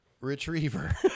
Retriever